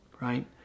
right